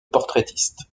portraitiste